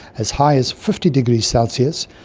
as high as fifty degrees celsius,